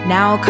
Now